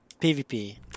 PvP